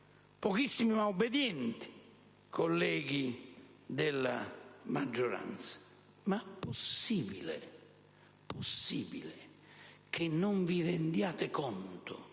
pochissimi ma obbedienti colleghi della maggioranza - come è possibile che non vi rendiate conto